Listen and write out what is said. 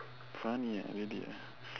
funny ah really ah